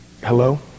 Hello